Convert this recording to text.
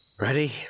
Ready